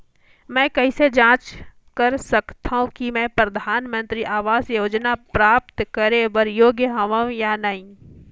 मैं कइसे जांच सकथव कि मैं परधानमंतरी आवास योजना प्राप्त करे बर योग्य हववं या नहीं?